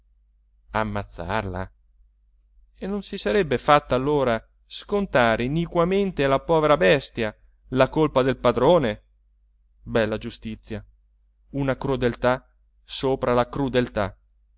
e non si sarebbe fatta allora scontare iniquamente alla povera bestia la colpa del padrone bella giustizia una crudeltà sopra la crudeltà